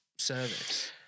service